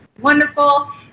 wonderful